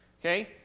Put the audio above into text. Okay